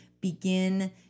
begin